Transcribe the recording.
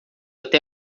até